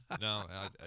No